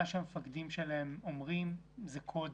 מה שהמפקדים שלהם אומרים, זה קודש.